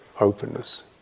openness